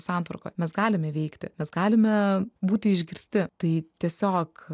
santvarkoj mes galim įveikti mes galime būti išgirsti tai tiesiog